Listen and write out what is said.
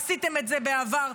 עשיתם את זה בעבר,